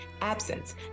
Absence